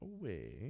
away